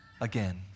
again